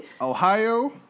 Ohio